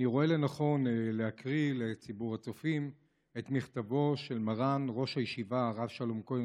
אני רואה לנכון להקריא לציבור הצופים את מכתבו של מר"ן הרב שלום כהן,